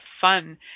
fun